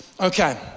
Okay